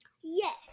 Yes